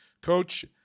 Coach